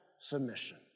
submission